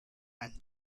and